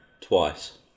twice